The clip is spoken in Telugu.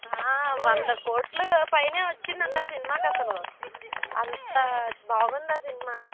వంద కోట్లు పైనే వచ్చిందంట సినిమాకు అస్సలు అంత బాగుందా సినిమా